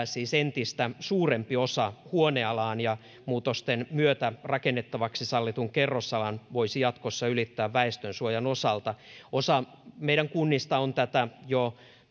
siis entistä suurempi osa huonealaan ja muutosten myötä rakennettavaksi sallitun kerrosalan voisi jatkossa ylittää väestönsuojan osalta osa meidän kunnista on tätä jo